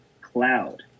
Cloud